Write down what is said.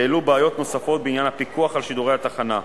והעלו בעיות נוספות בעניין הפיקוח על שידורי התחנה,